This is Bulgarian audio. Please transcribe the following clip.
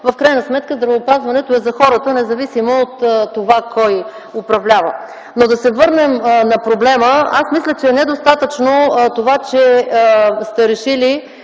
в крайна сметка здравеопазването е за хората, независимо от това кой управлява. Да се върнем на проблема. Аз мисля, че е недостатъчно това, че сте решили